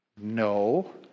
no